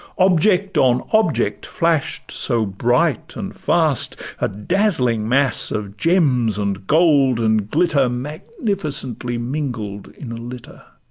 object on object flash'd so bright and fast a dazzling mass of gems, and gold, and glitter, magnificently mingled in a litter.